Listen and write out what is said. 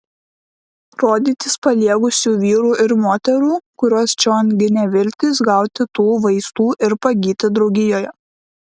rodytis paliegusių vyrų ir moterų kuriuos čion ginė viltis gauti tų vaistų ir pagyti draugijoje